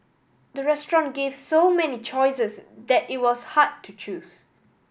the restaurant gave so many choices that it was hard to choose